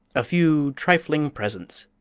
a few trifling presents,